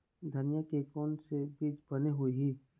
धनिया के कोन से बीज बने होही?